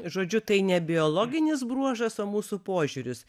žodžiu tai ne biologinis bruožas o mūsų požiūris